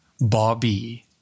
Bobby